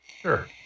Sure